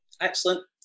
Excellent